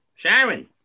Sharon